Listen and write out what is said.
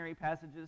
passages